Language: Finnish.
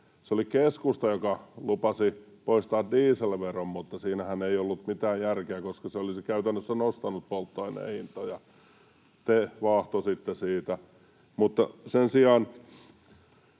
Se oli keskusta, joka lupasi poistaa dieselveron, mutta siinähän ei ollut mitään järkeä, koska se olisi käytännössä nostanut polttoaineen hintoja. Te vaahtositte siitä.